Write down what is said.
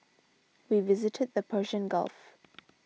we visited the Persian Gulf